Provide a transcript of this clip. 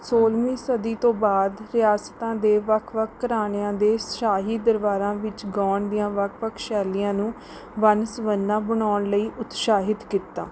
ਸੋਲ਼ਵੀਂ ਸਦੀ ਤੋਂ ਬਾਅਦ ਰਿਆਸਤਾਂ ਦੇ ਵੱਖ ਵੱਖ ਘਰਾਣਿਆਂ ਦੇ ਸ਼ਾਹੀ ਦਰਬਾਰਾਂ ਵਿੱਚ ਗਾਉਣ ਦੀਆਂ ਵੱਖ ਵੱਖ ਸ਼ੈਲੀਆਂ ਨੂੰ ਵੰਨ ਸਵੰਨਾ ਬਣਾਉਣ ਲਈ ਉਤਸ਼ਾਹਿਤ ਕੀਤਾ